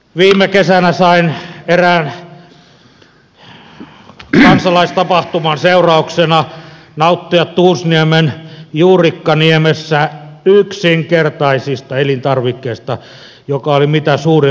viime kesänä sain erään kansalaistapahtuman seurauksena nauttia tuusniemen juurikkaniemessä yksinkertaisista elintarvikkeista joka oli mitä suurin ruokanautinto